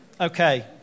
Okay